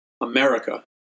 America